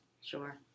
Sure